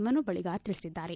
ಮನು ಬಳಿಗಾರ್ ತಿಳಿಸಿದ್ದಾರೆ